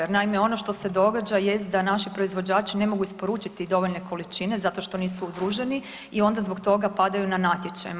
Jer naime nono što se događa jest da naši proizvođači ne mogu isporučiti dovoljne količine zato što nisu udruženi i onda zbog toga padaju na natječajima.